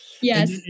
Yes